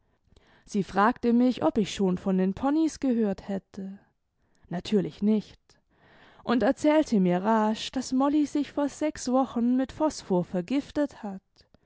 sie fragte mich ob ich schon von den ponys gehört hätte natürlich nicht und erzählte mir rasch daß mouy sich vor sechs wochen mit phosphor vergiftet hat